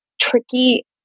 tricky